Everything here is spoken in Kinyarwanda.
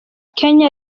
kenya